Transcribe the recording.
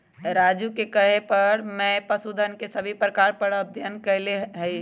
राजू के कहे पर मैं पशुधन के सभी प्रकार पर अध्ययन कैलय हई